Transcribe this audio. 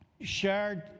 shared